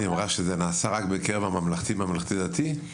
היא אמרה שזה נעשה רק בקרב הממלכתי והממלכתי דתי?